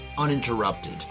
uninterrupted